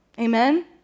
Amen